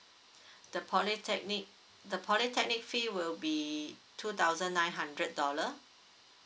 the polytechnic the polytechnic fee will be two thousand nine hundred dollar